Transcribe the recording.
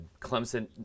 Clemson